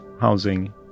housing